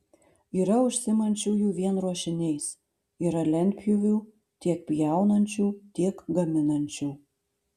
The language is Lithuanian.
yra užsiimančiųjų vien ruošiniais yra lentpjūvių tiek pjaunančių tiek gaminančių